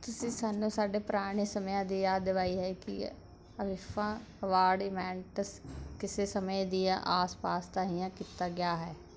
ਤੁਸੀਂ ਸਾਨੂੰ ਸਾਡੇ ਪੁਰਾਣੇ ਸਮਿਆਂ ਦੀ ਯਾਦ ਦਿਵਾਈ ਹੈ ਕਿ ਆਈਫਾ ਅਵਾਰਡ ਇਵੈਂਟਸ ਕਿਸੇ ਸਮੇਂ ਦੀ ਆਸ ਪਾਸ ਤਹਿ ਕੀਤਾ ਗਿਆ ਹੈ